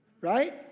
right